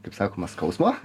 kaip sakoma skausmo